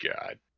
god